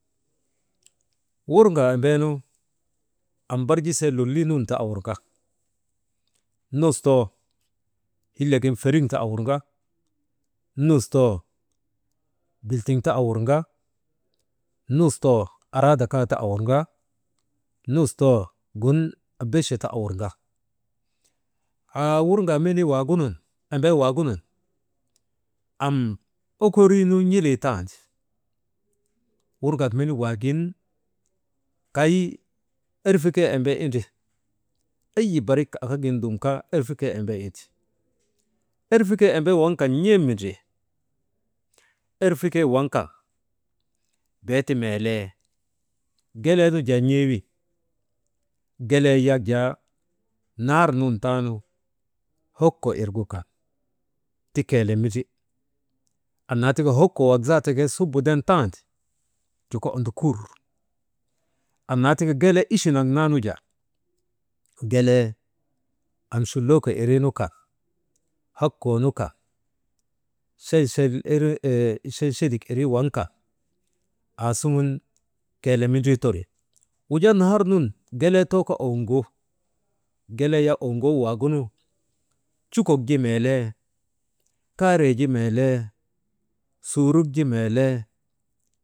Wurŋaa embeenu am barjee lolii nun ti awurŋa, nustoo hillegin feriŋ ta awurŋa, nustoo biltiŋ ti awurŋa, nustoo araada ka ta awurŋa, nustoo gun ebeche ta awurŋa. Haa wurŋaa menii wagunun embee waagunun, am okooriinu n̰ilii tan. Wurgak menik waagin kay erfikee indri, eyi barik akagin dum kay erfikee embee indri, erfikee embee waŋ kan n̰em mendri erfikee waŋ kan beeti melee, gelee nu jaa n̰ee wiŋ, Gelee yak jaa nahar nun taanu hoko, irgu ka ti keele muse, annaa tika hoko wak zaata ke subu de tan joko ondokur. Annaa tika gelee ichi nak naau jaa, gelee ancholooko irii nu kan hoko nu kan « hesitation» chelchelik irii waŋ kan aasuŋun keele mindrii teri. Wujaa nahar nun gelee too kaa owuŋo, gelee yak owuŋoo waagunu cukok ju melee, karee ju melee, suuruk ju meele.